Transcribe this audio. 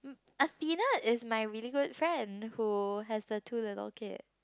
Athena is my really good friend who has the two little kid